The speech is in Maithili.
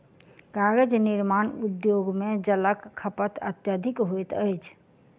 कागज निर्माण उद्योग मे जलक खपत अत्यधिक होइत अछि